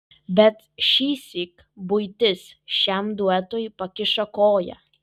bet šįsyk buitis šiam duetui pakišo koją